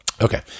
okay